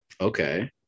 Okay